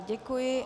Děkuji.